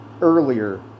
earlier